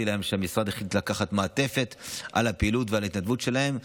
להם שהמשרד החליט לפרוס מעטפת על הפעילות ועל ההתנדבות שלהם.